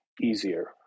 easier